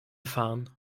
fahren